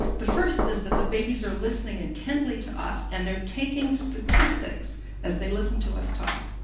the first is that the babies are listening intently to us and they're taking statistics as they listen to us talk.